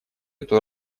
эту